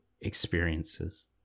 experiences